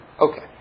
Okay